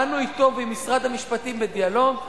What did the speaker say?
באנו אתו, משרד המשפטים, בדיאלוג.